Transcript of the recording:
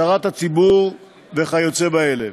אזהרת הציבור וכיוצא באלה.